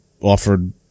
offered